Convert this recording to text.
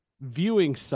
viewing